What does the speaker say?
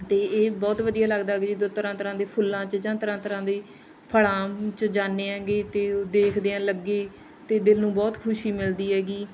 ਅਤੇ ਇਹ ਬਹੁਤ ਵਧੀਆ ਲੱਗਦਾ ਗਾ ਜਦੋਂ ਤਰ੍ਹਾਂ ਤਰ੍ਹਾਂ ਦੇ ਫੁੱਲਾਂ 'ਚ ਜਾਂ ਤਰ੍ਹਾਂ ਤਰ੍ਹਾਂ ਦੀ ਫਲਾਂ 'ਚ ਜਾਂਦੇ ਹੈਗੇ ਅਤੇ ਦੇਖਦੇ ਹਾਂ ਲੱਗੇ ਤਾਂ ਦਿਲ ਨੂੰ ਬਹੁਤ ਖੁਸ਼ੀ ਮਿਲਦੀ ਹੈਗੀ